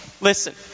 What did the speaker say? listen